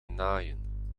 naaien